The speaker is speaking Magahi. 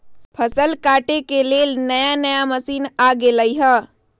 फसल काटे के लेल नया नया मशीन आ गेलई ह